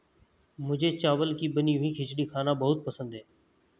मुझे चावल की बनी हुई खिचड़ी खाना बहुत पसंद है